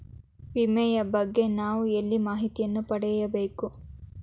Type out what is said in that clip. ವಿಮೆಯ ಬಗ್ಗೆ ನಾವು ಎಲ್ಲಿ ಮಾಹಿತಿಯನ್ನು ಪಡೆಯಬೇಕು?